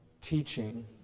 teaching